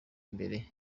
imbere